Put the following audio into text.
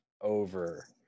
over